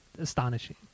astonishing